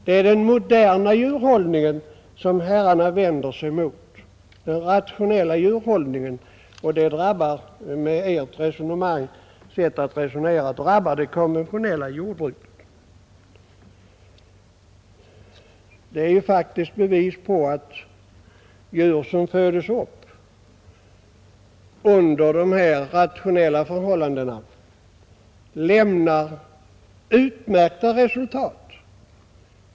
Det är den moderna och rationella djurhållningen som herrarna vänder sig emot. Men ert resonemang drabbar det konventionella jordbruket. Det finns bevis på att djur som föds upp under rationella förhållanden lämnar utmärkta resultat.